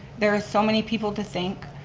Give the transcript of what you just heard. there are so many people to thank,